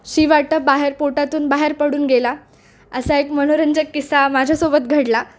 शी वाटे बाहेर पोटातून बाहेर पडून गेला असा एक मनोरंजक किस्सा माझ्यासोबत घडला